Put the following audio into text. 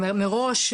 מראש,